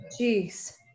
Jeez